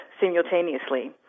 simultaneously